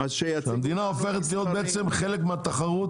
המדינה הופכת להיות בעצם חלק מהתחרות